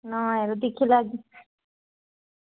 आं यरो दिक्खी लैगी